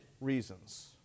reasons